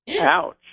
Ouch